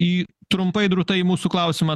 į trumpai drūtai į mūsų klausimą